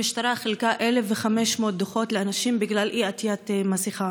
המשטרה חילקה 1,500 דוחות לאנשים בגלל אי-עטיית מסכה.